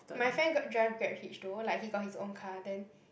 my friend got drive Grab Hitch though like he got his own car then